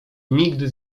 nigdy